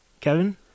Kevin